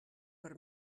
per